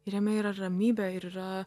ir jame yra ramybė ir yra